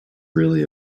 really